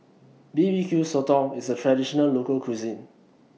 B B Q Sotong IS A Traditional Local Cuisine